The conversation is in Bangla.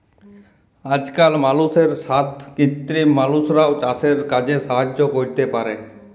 আজকাল মালুষের সাথ কৃত্রিম মালুষরাও চাসের কাজে সাহায্য ক্যরতে পারে